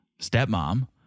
stepmom